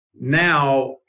Now